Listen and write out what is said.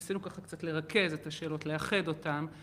ניסינו ככה קצת לרכז את השאלות, לאחד אותן.